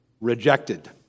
rejected